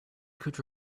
could